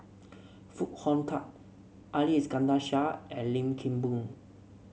Foo Hong Tatt Ali Iskandar Shah and Lim Kim Boon